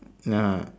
nah